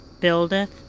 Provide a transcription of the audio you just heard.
buildeth